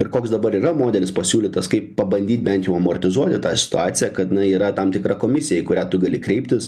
ir koks dabar yra modelis pasiūlytas kaip pabandyt bent jau amortizuoti tą situaciją kad na yra tam tikra komisija į kurią tu gali kreiptis